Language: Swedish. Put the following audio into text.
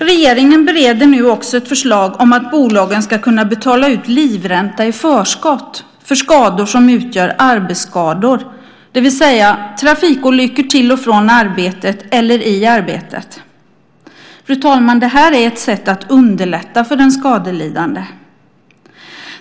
Regeringen bereder nu också ett förslag om att bolagen ska kunna betala ut livränta i förskott för skador som utgör arbetsskador, det vill säga trafikolyckor till och från arbetet eller i arbetet. Fru talman! Det här är ett sätt att underlätta för den skadelidande.